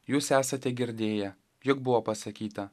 jūs esate girdėję jog buvo pasakyta